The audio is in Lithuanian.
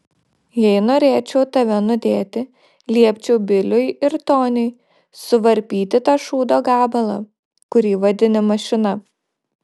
jei norėčiau tave nudėti liepčiau biliui ir toniui suvarpyti tą šūdo gabalą kurį vadini mašina